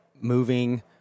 moving